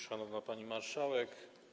Szanowna Pani Marszałek!